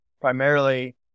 Primarily